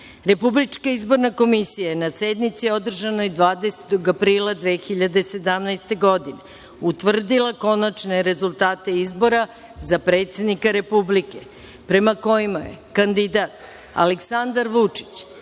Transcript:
Republička izborna komisija je, na sednici održanoj 20. aprila 2017. godine, utvrdila konačne rezultate izbora za predsednika Republike, prema kojima je kandidat Aleksandar Vučić